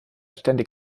ständig